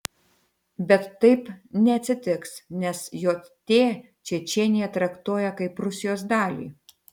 bet taip neatsitiks nes jt čečėniją traktuoja kaip rusijos dalį